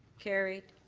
carried.